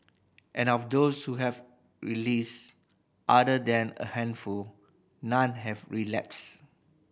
and of those who have released other than a handful none have relapsed